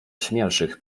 śmielszych